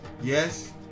yes